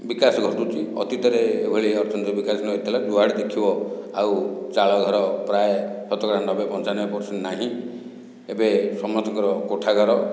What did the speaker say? ବିକାଶ ଘଟୁଛି ଅତୀତରେ ଏଭଳି ଅତ୍ୟନ୍ତ ବିକାଶ ନଥିଲା ଯୁଆଡ଼େ ଦେଖିବ ଆଉ ଚାଳ ଘର ପ୍ରାୟ ଶତକଡ଼ା ନବେ ପଞ୍ଚାନବେ ପରସେଣ୍ଟ ନାହିଁ ଏବେ ସମସ୍ତଙ୍କର କୋଠା ଘର